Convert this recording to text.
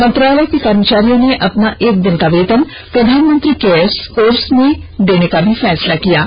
मंत्रालय के कर्मचारियों ने अपना एक दिन का वेतन प्रधानमंत्री केयर्स कोर्स में देने का भी फैसला किया है